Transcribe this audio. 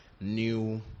new